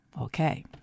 Okay